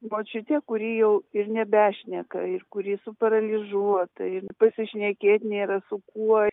močiute kuri jau ir nebešneka ir kuri suparalyžiuota ir pasišnekėt nėra su kuo